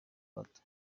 bato